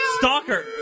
Stalker